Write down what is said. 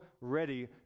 ready